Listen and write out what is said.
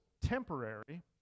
temporary